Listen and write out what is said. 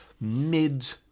mid